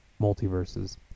multiverses